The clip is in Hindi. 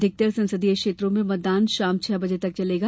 अधिकतर संसदीय क्षेत्रों में मतदान शाम छह बजे तक चलेगा